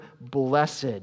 blessed